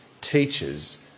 teachers